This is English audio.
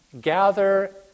gather